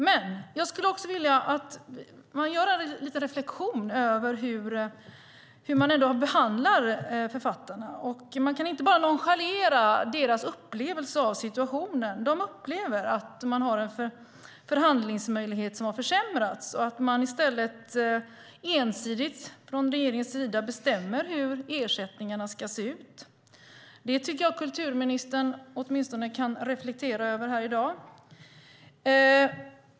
Men låt oss göra en reflexion över hur man behandlar författarna. Man kan inte bara nonchalera deras upplevelse av situationen. De upplever att de har en försämrad förhandlingsmöjlighet och att regeringen ensidigt bestämmer hur ersättningarna ska se ut. Detta tycker jag att kulturministern åtminstone kan reflektera över.